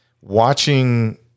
watching